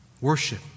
Worship